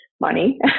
money